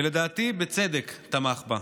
ולדעתי בצדק תמך בה.